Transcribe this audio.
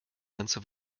ganze